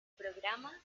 programa